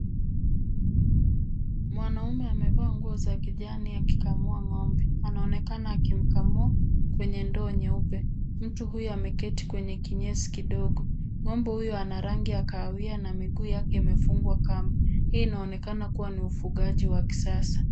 Mwanaume amevaa nguo za kijani akikamua ng'ombe. Anaonekana akimkamua kwenye ndoo nyeupe. Mtu huyo ameketi kwenye kinyesi kidogo. Ng'ombe huyo ana rangi ya kahawia na miguu yake imefungwa kamba. Hii inaonekana ni ufugaji wa kisasa.